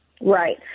Right